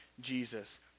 Jesus